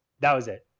that was it.